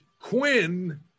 Quinn